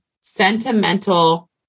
sentimental